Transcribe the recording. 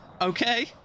Okay